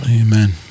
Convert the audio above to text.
amen